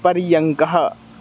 पर्यङ्कः